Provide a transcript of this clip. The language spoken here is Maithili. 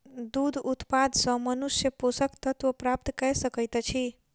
दूध उत्पाद सॅ मनुष्य पोषक तत्व प्राप्त कय सकैत अछि